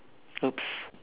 !oops!